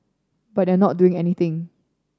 but they are not doing anything